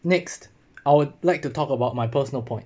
next I would like to talk about my personal point